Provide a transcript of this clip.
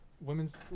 Women's